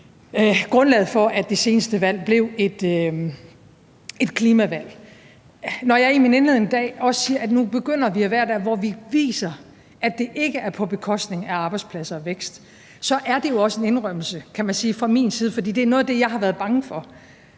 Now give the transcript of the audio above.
grundlaget for, at det seneste valg blev et klimavalg. Når jeg i min indledning i dag også siger, at nu begynder vi at være der, hvor vi viser, at det ikke er på bekostning af arbejdspladser og vækst, er det jo også en indrømmelse, kan man sige, fra min side, for det er noget af det, jeg har været bange for.